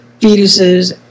fetuses